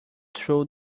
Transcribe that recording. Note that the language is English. through